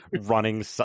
running